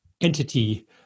entity